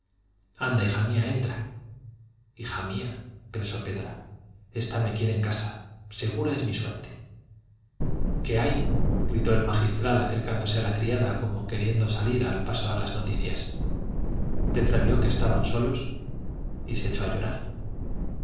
contuvo y dijo otra vez anda hija mía entra hija mía pensó petra esta me quiere en casa segura es mi suerte qué hay gritó el magistral acercándose a la criada como queriendo salir al paso a las noticias petra vio que estaban solos y se echó a llorar